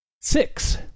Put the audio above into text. Six